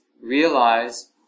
realize